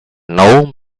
nou